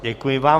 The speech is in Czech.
Děkuji vám.